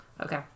Okay